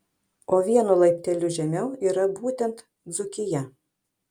o vienu laipteliu žemiau yra būtent dzūkija